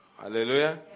Hallelujah